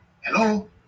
Hello